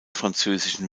französischen